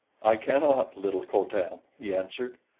i cannot, little co-tan, he answered.